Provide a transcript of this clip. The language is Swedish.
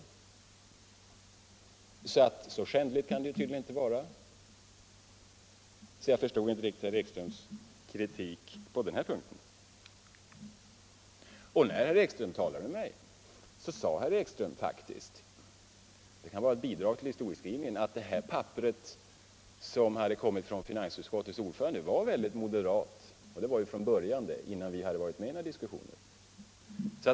Så värst skändligt kan det som hände alltså inte vara. Jag förstår därför inte herr Ekströms kritik på den punkten. När herr Ekström talade med mig sade han faktiskt — jag upprepar det eftersom det kan vara ett bidrag till historieskrivningen — att detta papper, som hade kommit från finansutskottets ordförande, var väldigt moderat. Och det var ju redan i början, alltså innan vi hade varit med i diskussionen!